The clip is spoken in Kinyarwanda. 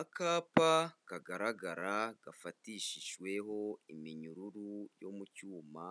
Akapa kagaragara gafatishijweho iminyururu yo mu cyuma